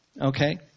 Okay